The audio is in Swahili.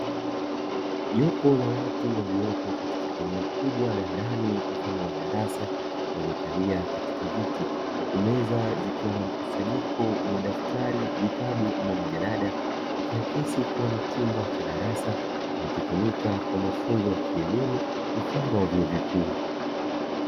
Jopo la watu waliopo katika eneo kubwa la ndani mfano wa darasa waliokalia katika viti huku meza zikiwa na mkusanyiko wa madaftari, vitabu ama majalada, ikiakisi kuwa ni chumba cha darasa kinachotumika kwa mafunzo ya kielimu mfano wa vyuo vikuu.